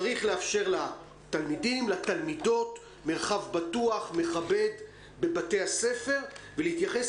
צריך לאפשר לתלמידות מרחב בטוח ומכבד בבתי הספר ולהתייחס